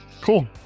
Cool